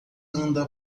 anda